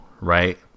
right